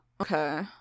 Okay